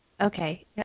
Okay